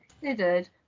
considered